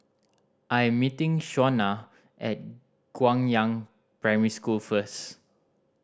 I am meeting Shawnna at Guangyang Primary School first